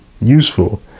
useful